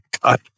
God